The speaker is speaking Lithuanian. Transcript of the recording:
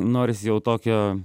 norisi jau tokio